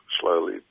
slowly